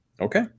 Okay